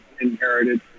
inherited